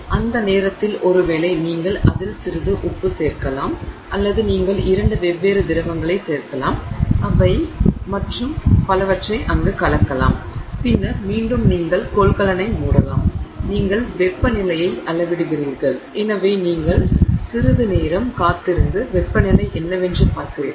அந்த நேரத்தில் ஒருவேளை நீங்கள் அதில் சிறிது உப்பு சேர்க்கலாம் அல்லது நீங்கள் இரண்டு வெவ்வேறு திரவங்களை சேர்க்கலாம் அவை மற்றும் பலவற்றை அங்கு கலக்கலாம் பின்னர் மீண்டும் நீங்கள் கொள்கலனை மூடலாம் நீங்கள் வெப்பநிலையை அளவிடுகிறீர்கள் எனவே நீங்கள் சிறிது நேரம் காத்திருந்து வெப்பநிலை என்னவென்று பார்க்கிறீர்கள்